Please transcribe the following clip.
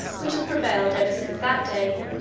which has prevailed ever since that day,